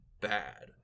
bad